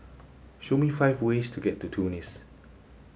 show me five ways to get to Tunis